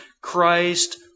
Christ